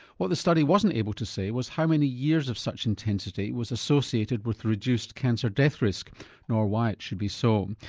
what the study wasn't able to say was how many years of such intensity was associated with reduced cancer death risk nor why it should be so. um